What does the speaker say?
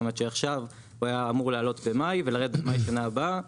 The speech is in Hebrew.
עכשיו הוא היה אמור לעלות במאי ולרדת במאי בשנה הבאה,